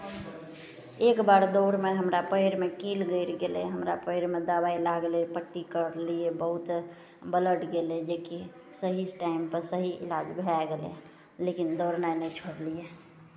एक बार दौड़मे हमरा पएरमे कील गरि गेलै हमरा पएरमे दबाइ लागलै पट्टी करलियै बहुत ब्लड गेलै जेकि सही टाइमपर सही इलाज भए गेलै लेकिन दौड़नाइ नहि छोड़लियै